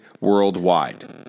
worldwide